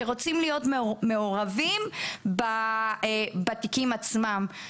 שרוצים להיות מעורבים בתיקים עצמם.